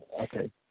Okay